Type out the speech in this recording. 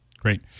Great